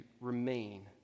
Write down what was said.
remain